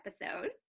episode